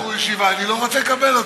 בתור בחור ישיבה, אני לא רוצה לקבל אותו.